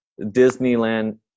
disneyland